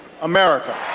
America